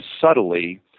subtly